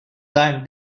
that